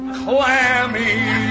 clammy